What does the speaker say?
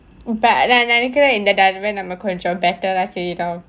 but நான் நினைக்குறேன் நாம இன்னும் கொஞ்சம்:naan ninaikkuraen naama innum konjam better ah செய்யணும்:seyyanum